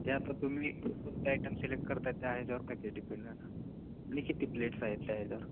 त्या आता तुम्ही कोणत्या आयटम सिलेक्ट करत आहे त्या ह्याच्यावर पॅकेज डिपेंडन आणि किती प्लेट्स आहेत त्या ह्याच्यावर